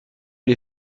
les